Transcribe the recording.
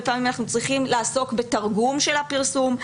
פעמים אנחנו צריכים לעסוק בתרגום של הפרסום,